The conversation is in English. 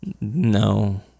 No